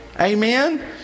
amen